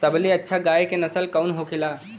सबका ले अच्छा गाय के नस्ल कवन होखेला?